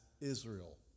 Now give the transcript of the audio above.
Israel